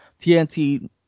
TNT